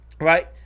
Right